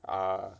err